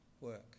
work